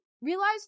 Realize